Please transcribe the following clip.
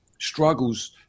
struggles